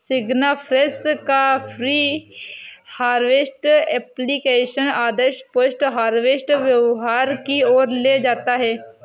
सिग्नाफ्रेश का pre harvest application आदर्श post harvest व्यवहार की ओर ले जाता है